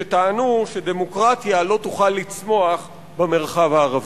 שטענו שדמוקרטיה לא תוכל לצמוח במרחב הערבי.